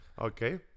okay